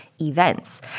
Events